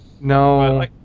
No